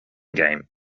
game